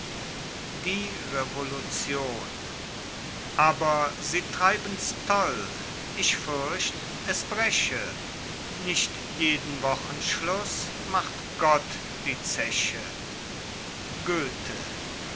die revolution aber sie treiben's toll ich fürcht es breche nicht jeden wochenschluß macht gott die zeche goethe